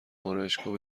آرایشگاه